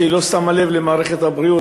שהיא לא שמה לב למערכת הבריאות,